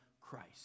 Christ